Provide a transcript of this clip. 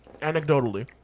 Anecdotally